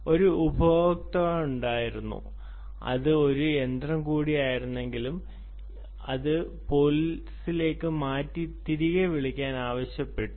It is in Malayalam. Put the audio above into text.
ഒരു ഉപഭോക്താവുണ്ടായിരുന്നു അത് ഒരു യന്ത്രം കൂടിയാണെങ്കിലും അത് പോലീസിലേക്ക് വിളിക്കാൻ ആവശ്യപ്പെട്ടു